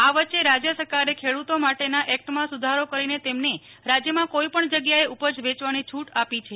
આ વચ્ચે રાજય સરકારે ખેડુતો માટેના એક્ટમાં સુધારોને તેમને કોઈપણ જગ્યાએ ઉપજ વેચવાની છુટ આપી છે